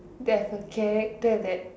there's a character that